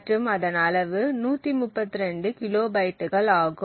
மற்றும் அதன் அளவு 132 கிலோபைட்டுகள் ஆகும்